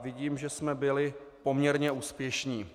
Vidím, že jsme byli poměrně úspěšní.